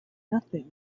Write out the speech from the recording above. nothing